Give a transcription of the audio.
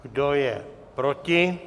Kdo je proti?